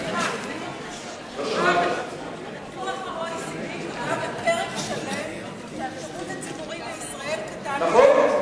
דוח ה-OECD קבע בפרק שלם שהשירות הציבורי בישראל קטן מדי.